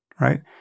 right